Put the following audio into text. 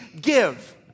give